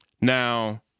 Now